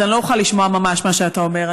אז אני לא אוכל לשמוע ממש מה שאתה אומר.